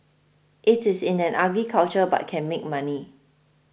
it is in an ugly culture but can make money